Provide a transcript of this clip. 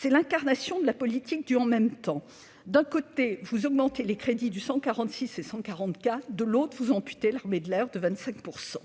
C'est l'incarnation de la politique du « en même temps »: d'un côté, vous augmentez les crédits des programmes 146 et 144 ; de l'autre, vous amputez l'armée de l'air de 25 %.